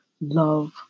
love